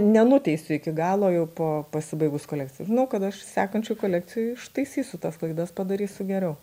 nenuteisiu iki galo jau po pasibaigus kolekcijai žinau kad aš sekančioj kolekcijoj ištaisysiu tas klaidas padarysiu geriau